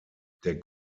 der